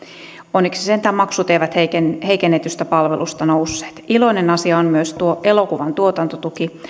onneksi sentään maksut eivät eivät heikennetystä palvelusta nousseet iloinen asia on myös elokuvan tuotantotuki